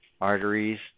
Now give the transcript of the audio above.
Arteries